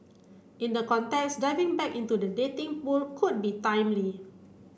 in the context diving back into the dating pool could be timely